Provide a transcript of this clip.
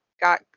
got